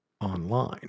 online